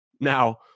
Now